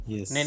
Yes